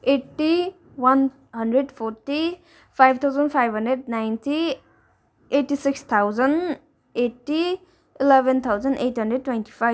eighty one hundred forty five thousand five hundred ninety eighty six thousand eighty eleven thousand eight hundred twenty five